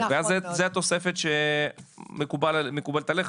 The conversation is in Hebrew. ואז זה התוספת שמקובלת עליך,